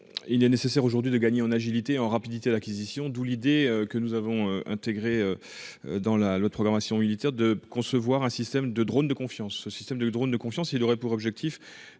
Il est nécessaire aujourd'hui de gagner en agilité en rapidité. L'acquisition d'où l'idée que nous avons intégré. Dans la loi de programmation militaire de concevoir un système de drone de confiance ce système de drone de confiance il aurait pour objectif